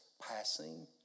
passing